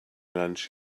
lunch